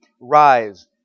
Rise